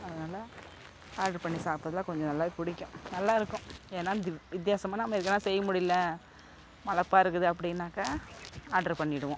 அதனால் ஆர்டரு பண்ணி சாப்பிட்றதுலாம் கொஞ்சம் நல்லாவே புடிக்கும் நல்லா இருக்கும் ஏன்னா வித் வித்தியாசமான நம்ம எதுன்னா செய்யமுடியலை மலைப்பா இருக்குது அப்படினாக்க ஆர்டரு பண்ணிடுவோம்